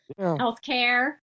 healthcare